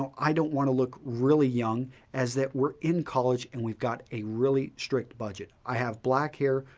i don't want to look really young as that we're in college and we've got a really strict budget. i have black hair,